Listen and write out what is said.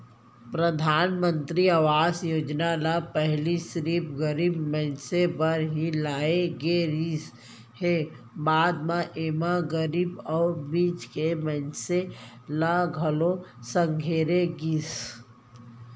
परधानमंतरी आवास योजना ल पहिली सिरिफ गरीब मनसे बर ही लाए गे रिहिस हे, बाद म एमा गरीब अउ बीच के मनसे मन ल घलोक संघेरे गिस